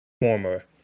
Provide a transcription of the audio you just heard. former